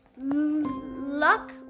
luck